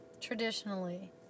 traditionally